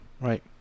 Right